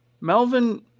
Melvin